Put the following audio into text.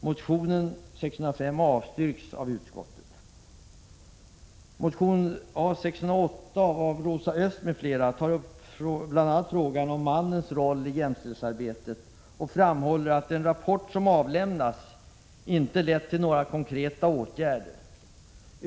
Motion 1985/86:A608 av Rosa Östh m.fl. tar bl.a. upp mannens roll i jämställdhetsarbetet och framhåller att den rapport som avlämnats inte lett till några konkreta åtgärder.